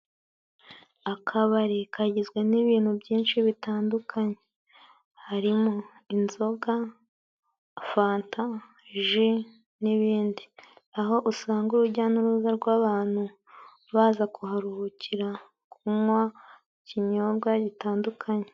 Akabari kagizwe n'ibintu byinshi bitandukanye， harimo inzoga， afanta，ji n'ibindi， aho usanga urujya n'uruza rw'abantu baza kuharuhukira， kunywa ikinyobwa gitandukanye.